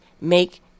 make